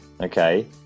Okay